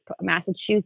Massachusetts